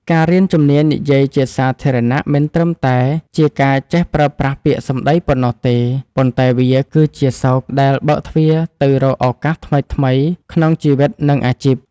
ការរៀនជំនាញនិយាយជាសាធារណៈមិនត្រឹមតែជាការចេះប្រើប្រាស់ពាក្យសម្ដីប៉ុណ្ណោះទេ ប៉ុន្តែវាគឺជាសោរដែលបើកទ្វារទៅរកឱកាសថ្មីៗក្នុងជីវិត និងអាជីព។